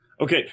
Okay